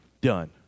Done